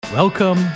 Welcome